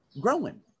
growing